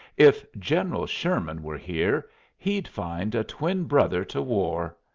if general sherman were here he'd find a twin-brother to war!